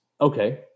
okay